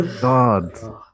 God